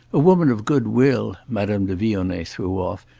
a woman of good will, madame de vionnet threw off,